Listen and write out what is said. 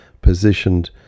positioned